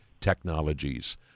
technologies